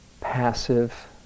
passive